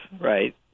right